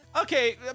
okay